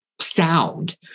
sound